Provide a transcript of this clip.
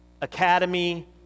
academy